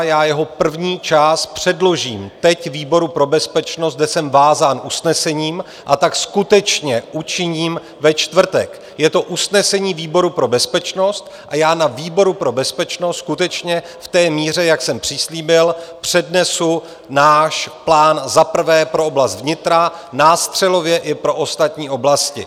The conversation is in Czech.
Já jeho první část předložím teď výboru pro bezpečnost, kde jsem vázán usnesením, a tak skutečně učiním ve čtvrtek, je to usnesení výboru pro bezpečnost a já na výboru pro bezpečnost skutečně v té míře, jak jsem přislíbil, přednesu náš plán za prvé pro oblast vnitra, nástřelově i pro ostatní oblasti.